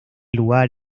lugar